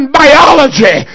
biology